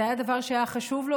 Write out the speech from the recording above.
זה היה דבר שהיה חשוב לו,